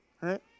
right